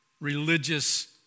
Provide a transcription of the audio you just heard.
religious